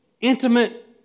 intimate